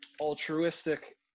altruistic